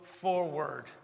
forward